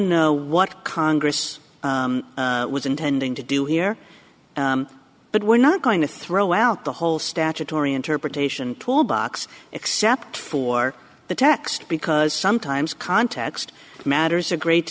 know what congress was intending to do here but we're not going to throw out the whole statutory interpretation tool box except for the text because sometimes context matters a great